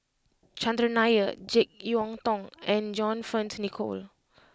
Chandran Nair Jek Yeun Thong and John Fearns Nicoll